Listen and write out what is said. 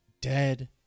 dead